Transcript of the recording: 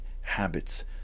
habits